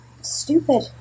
stupid